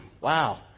Wow